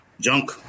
junk